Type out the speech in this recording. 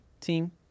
team